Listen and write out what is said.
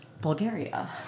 Bulgaria